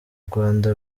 rwanda